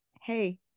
Hey